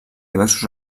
diversos